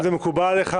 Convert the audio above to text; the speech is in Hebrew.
אם זה מקובל עליך,